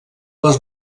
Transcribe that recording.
les